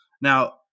Now